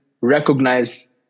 recognize